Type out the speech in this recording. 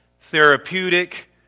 therapeutic